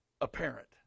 apparent